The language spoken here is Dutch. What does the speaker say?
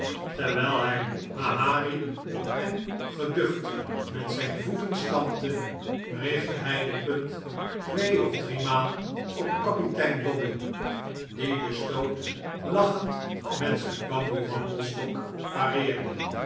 terwijl hij ha ha riep en geducht met zijn voeten stampte richtte hij de punt tweeof driemaal op kapitein dobbin die den stoot lachend met zijn bamboe wandelstok pareerde